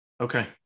Okay